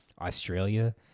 australia